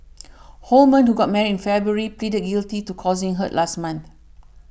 Holman who got married in February pleaded guilty to causing hurt last month